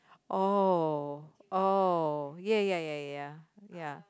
oh oh ya ya ya ya ya